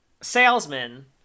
salesman